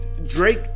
drake